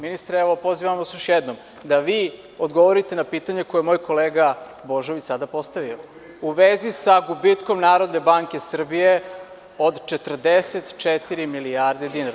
Ministre, evo, pozivam vas još jednom da vi odgovorite na pitanje koje je moj kolega Božović sada postavio u vezi sa gubitkom NBS od 44 milijarde dinara.